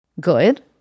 good